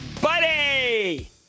Buddy